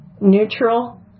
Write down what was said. neutral